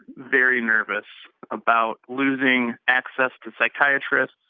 very nervous about losing access to psychiatrists,